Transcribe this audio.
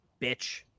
Bitch